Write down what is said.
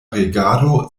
regado